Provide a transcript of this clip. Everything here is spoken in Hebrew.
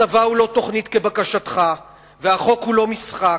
הצבא הוא לא תוכנית כבקשתך והחוק הוא לא משחק.